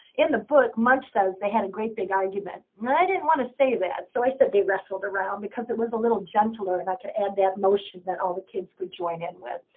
in the book, munsch says they had a great big argument. i didn't want to say that. so i said they wrestled around, because it was a little gentler, and i could add that motion that all the kids could join in with.